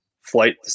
flight